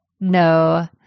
no